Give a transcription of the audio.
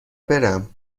برم